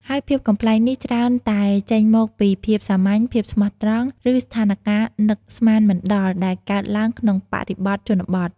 ហើយភាពកំប្លែងនេះច្រើនតែចេញមកពីភាពសាមញ្ញ ភាពស្មោះត្រង់ ឬស្ថានការណ៍នឹកស្មានមិនដល់ដែលកើតឡើងក្នុងបរិបទជនបទ។